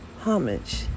homage